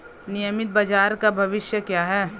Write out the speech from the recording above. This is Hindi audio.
नियमित बाजार का भविष्य क्या है?